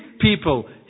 people